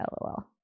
LOL